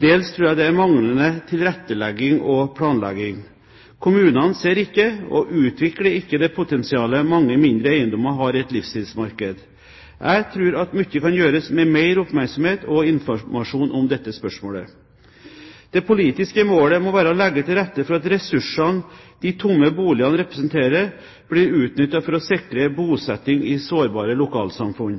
dels tror jeg det er manglende tilrettelegging og planlegging. Kommunene ser ikke og utvikler ikke det potensialet mange mindre eiendommer har i et livsstilsmarked. Jeg tror at mye kan gjøres med mer oppmerksomhet og informasjon om dette spørsmålet. Det politiske målet må være å legge til rette for at ressursene de tomme boligene representerer, blir utnyttet for å sikre bosetting i sårbare lokalsamfunn.